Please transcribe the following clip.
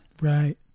right